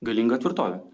galinga tvirtove